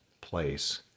place